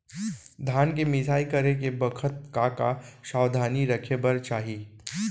धान के मिसाई करे के बखत का का सावधानी रखें बर चाही?